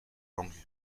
langue